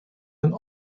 hun